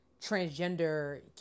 transgender